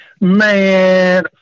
Man